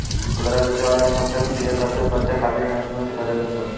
खुदरा बेचे वाला इनकम टैक्स इहे सबसे बचे खातिरो इन्वेस्टमेंट करेले सन